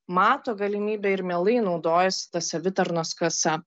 mato galimybę ir mielai naudojasi ta savitarnos kasa